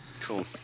Cool